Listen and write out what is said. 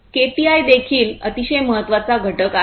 KPI देखील अतिशय महत्वाचा घटक आहेत